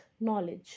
knowledge